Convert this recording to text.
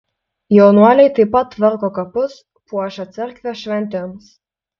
jaunuoliai taip pat tvarko kapus puošia cerkvę šventėms